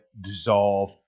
dissolve